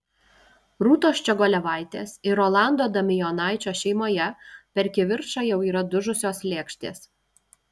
rūtos ščiogolevaitės ir rolando damijonaičio šeimoje per kivirčą jau yra dužusios lėkštės